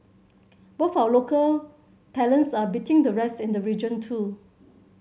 but our local talents are beating the rest in the region too